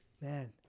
Man